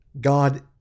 God